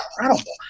incredible